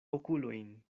okulojn